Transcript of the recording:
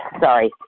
Sorry